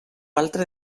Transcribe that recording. altre